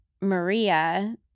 Maria